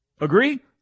Agree